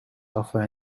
offer